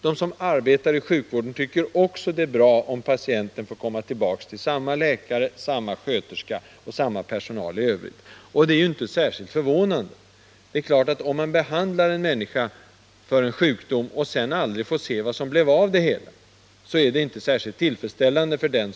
De som arbetar inom sjukvården tycker också att det är bra om patienten får komma tillbaka till samma läkare, samma sköterska och samma personal i övrigt. Det är inte särskilt förvånande. Det är klart att om man behandlar en människa för en sjukdom och sedan aldrig får se vad som blev av det hela, så är det inte särskilt tillfredsställande.